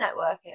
networking